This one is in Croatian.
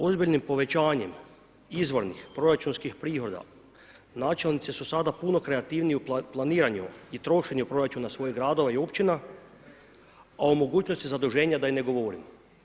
Ozbiljnim povećanjem izvornih proračunskih prihoda načelnici su sada puno kreativniji u planiranju i trošenju proračuna svojih gradova i općina, a o mogućnosti zaduženja da i ne govorim.